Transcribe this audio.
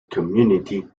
community